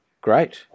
great